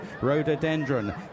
Rhododendron